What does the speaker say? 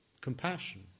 compassion